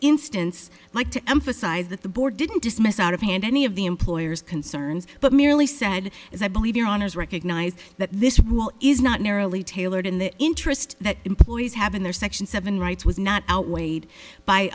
instance like to emphasise that the board didn't dismiss out of hand any of the employers concerns but merely said as i believe your honour's recognise that this is not narrowly tailored in the interest that employees have in their section seven rights was not outweighed